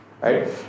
right